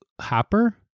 Hopper